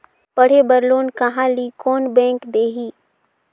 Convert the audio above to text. पढ़े बर लोन कहा ली? कोन बैंक देही?